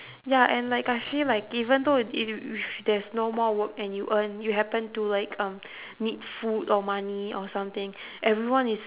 ya and like I feel like even though if there's no more work and you earn you happened to like um need food or money or something everyone is